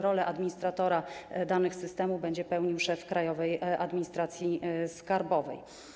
Rolę administratora danych systemu będzie pełnił szef Krajowej Administracji Skarbowej.